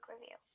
review